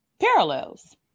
parallels